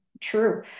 true